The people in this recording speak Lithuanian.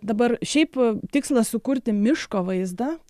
dabar šiaip tikslas sukurti miško vaizdą